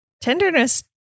Tenderness